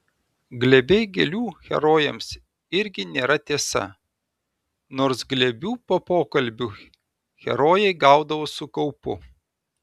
glėbiai gėlių herojams irgi nėra tiesa nors glėbių po pokalbių herojai gaudavo su kaupu